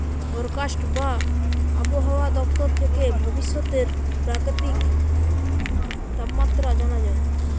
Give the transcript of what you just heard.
forecast বা আবহায়া দপ্তর থেকে ভবিষ্যতের প্রাকৃতিক তাপমাত্রা জানা যায়